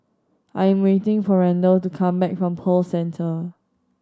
I'm waiting for Randall to come back from Pearl Centre